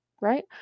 right